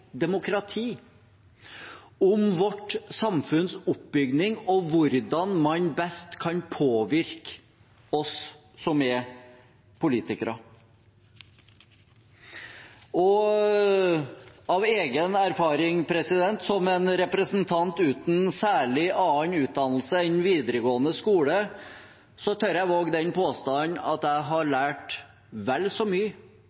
demokrati, om vårt samfunns oppbygging og hvordan man best kan påvirke oss som er politikere. Av egen erfaring, som en representant uten særlig annen utdannelse enn videregående skole, tør jeg våge den påstand at jeg har lært vel så mye